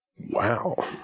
Wow